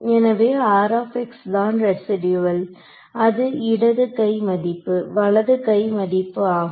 எனவே தான் ரெசிடூயல் அது இடது கை மதிப்பு வலது கை மதிப்பு ஆகும்